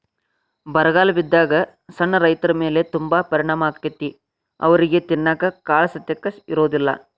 ಬರಗಾಲ ಬಿದ್ದಾಗ ಸಣ್ಣ ರೈತರಮೇಲೆ ತುಂಬಾ ಪರಿಣಾಮ ಅಕೈತಿ ಅವ್ರಿಗೆ ತಿನ್ನಾಕ ಕಾಳಸತೆಕ ಇರುದಿಲ್ಲಾ